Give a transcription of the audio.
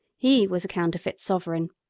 he was a counterfeit sovereign.